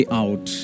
out